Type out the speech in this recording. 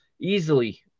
easily